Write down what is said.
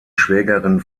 schwägerin